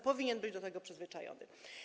Powinien być do tego przyzwyczajony.